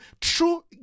true